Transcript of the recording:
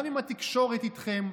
גם אם התקשורת איתכם,